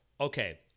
okay